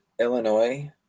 illinois